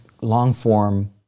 long-form